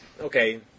okay